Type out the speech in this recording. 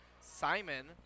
Simon